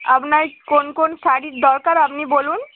আপনার কোন কোন শাড়ির দরকার আপনি বলুন